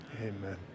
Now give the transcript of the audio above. Amen